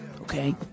Okay